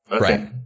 right